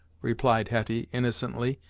replied hetty innocently,